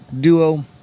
duo